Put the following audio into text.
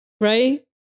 Right